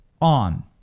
on